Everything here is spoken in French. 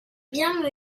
bien